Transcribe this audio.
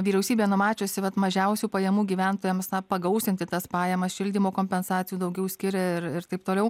vyriausybė numačiusi vat mažiausių pajamų gyventojams na pagausinti tas pajamas šildymo kompensacijų daugiau skiria ir ir taip toliau